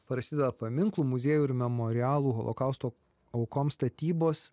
prasideda paminklų muziejų ir memorialų holokausto aukom statybos